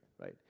right